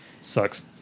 sucks